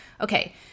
okay